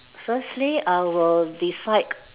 firstly I will decide